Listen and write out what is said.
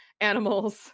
animals